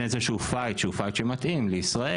איזשהו פייט שהוא פייט שמתאים לישראל,